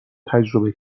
تجربه